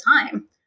time